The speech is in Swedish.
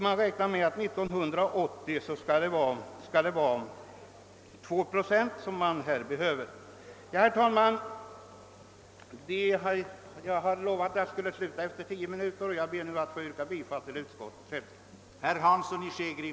Man räknar med att 1980 behöva ta 2 procent av landets yta i anspråk för tätbebyggelse. Herr talman! Jag har lovat att inte tala längre än tio minuter, och jag ber nu att få yrka bifall till utskottets hemställan.